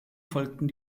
folgten